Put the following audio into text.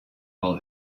all